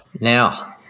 Now